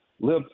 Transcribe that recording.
live